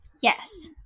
Yes